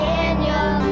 Daniel